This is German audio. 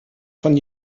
von